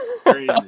Crazy